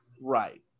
Right